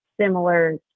similar